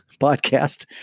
podcast